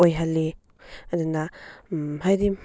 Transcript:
ꯑꯣꯏꯍꯟꯅꯤ ꯑꯗꯨꯅ ꯍꯥꯏꯗꯤ